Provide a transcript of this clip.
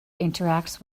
interacts